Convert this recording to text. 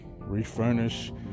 refurnish